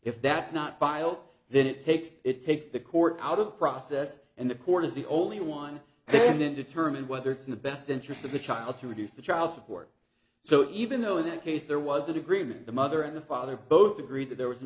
if that's not filed then it takes it takes the court out of the process and the court is the only one and then determine whether it's in the best interest of the child to reduce the child support so even though in that case there was that agreement the mother and the father both agreed that there was an